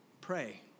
Pray